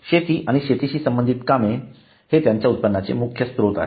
शेती आणि शेतीशी संबंधित कामे हे त्यांच्या उत्पन्नाचे मुख्य स्त्रोत आहेत